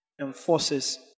Enforces